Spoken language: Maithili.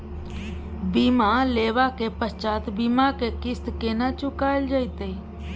बीमा लेबा के पश्चात बीमा के किस्त केना चुकायल जेतै?